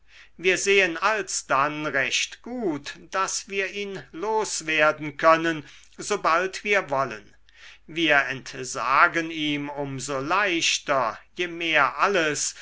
wir sehen alsdann recht gut daß wir ihn loswerden können sobald wir wollen wir entsagen ihm um so leichter je mehr alles